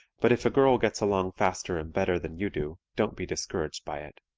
but if a girl gets along faster and better than you do, don't be discouraged by it.